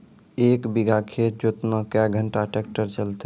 एक बीघा खेत जोतना क्या घंटा ट्रैक्टर चलते?